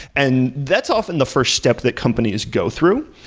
and that's often the first step that companies go through.